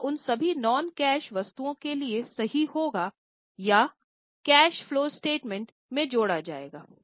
यह उन सभी नॉन कैश वस्तुओं के लिए सही होगा यह कैश फलो स्टेटमेंट में जोड़ा जाएगा